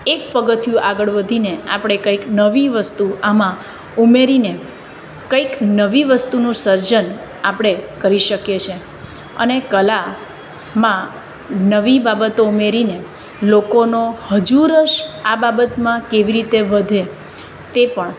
એક પગથિયું આગળ વધીને આપણે કંઈક નવી વસ્તુ આમાં ઉમેરીને કંઈક નવી વસ્તુનું સર્જન આપણે કરી શકીએ છીએ અને કલામાં નવી બાબતો ઉમેરીને લોકોનો હજુ રસ આ બાબતમાં કેવી રીતે વધે તે પણ